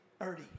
Ernie